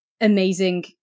amazing